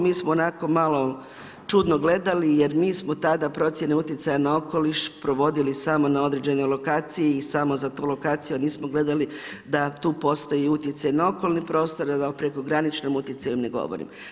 Mi smo onako malo čudno gledali, jer nismo tada procjene utjecaja na okoliš provodili samo na određenoj lokaciji i samo za tu lokaciju a nismo gledali da tu postoji utjecaj na okolni prostor, a da o prekograničnom utjecaju ne govorim.